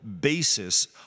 basis